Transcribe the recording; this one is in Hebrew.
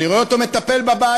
אני רואה אותו מטפל בבעיות.